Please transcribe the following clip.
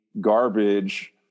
garbage